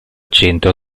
centro